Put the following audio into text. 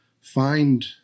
find